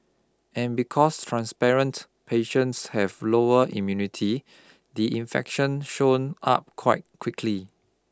and because transparent patients have lower immunity the infection shown up quite quickly